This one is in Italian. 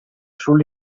sul